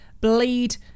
Bleed